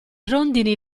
rondini